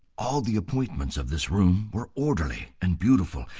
all the appointments of this room were orderly and beautiful,